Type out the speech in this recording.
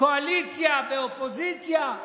קואליציה ואופוזיציה?